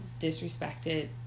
Disrespected